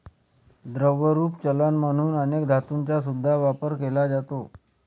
द्रवरूप चलन म्हणून अनेक धातूंचा सुद्धा वापर केला जातो